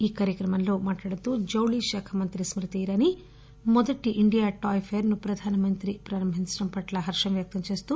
ఈ కార్యక్రమంలో మాట్లాడుతూ జౌళి శాఖమంత్రి స్కృతి ఇరానీ మొదటి ఇండియా టాయ్ ఫెయిర్ ప్రధానమంత్రి ప్రారంభించడం పట్ల హర్షం వ్యక్తం చేశారు